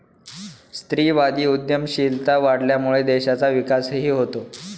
स्त्रीवादी उद्यमशीलता वाढल्यामुळे देशाचा विकासही होतो